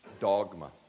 dogma